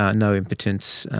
ah no impotence,